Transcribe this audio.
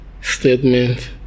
statement